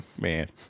man